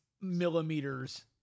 millimeters